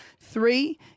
three